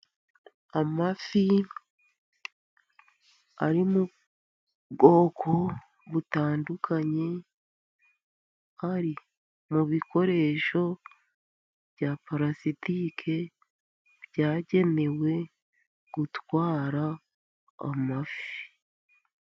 Amafi arimo ubwoko butandukanye, ari mu bikoresho bya palasitike byagenewe gutwara amafi.